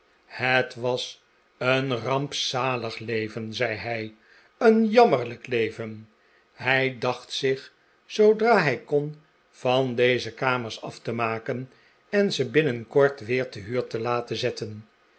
het was een rampzalig leven zei hij een jammerlijk leven hij dacht zich zoodra hij kon van deze kamers af te maken en ze binnenkort weer te huur te laten zetten